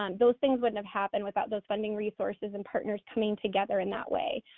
um those things wouldn't have happened without those funding resources and partners coming together in that way.